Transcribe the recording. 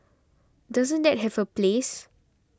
doesn't that have a place